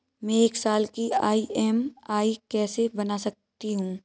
मैं एक साल की ई.एम.आई कैसे बना सकती हूँ?